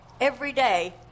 everyday